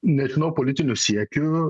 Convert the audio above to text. nežinau politinių siekių